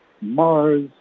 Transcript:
mars